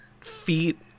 feet